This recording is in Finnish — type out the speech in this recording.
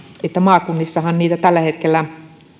että maakunnissahan niitä tällä hetkellä